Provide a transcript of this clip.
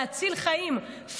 להציל חיים,